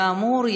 כאמור,